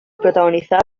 protagonizada